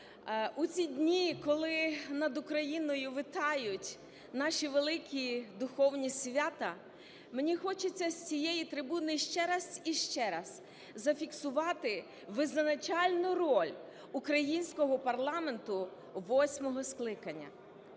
У ці дні, коли над Україною витають наші великі духовні свята, мені хочеться з цієї трибуни ще раз і ще раз зафіксувати визначальну роль українського парламенту восьмого скликання.